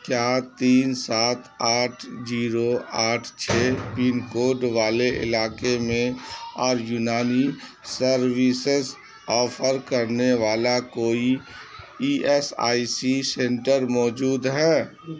کیا تین سات آٹھ زیرو آٹھ چھ پن کوڈ والے علاقے میں اور یونانی سروسز آفر کرنے والا کوئی E S I C centre موجود ہے